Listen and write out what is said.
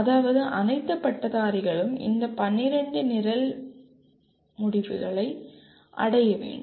அதாவது அனைத்து பட்டதாரிகளும் இந்த 12 நிரல் விளைவுகளை அடைய வேண்டும்